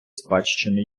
спадщини